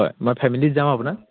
হয় মই ফেমিলিত যাম আপোনাৰ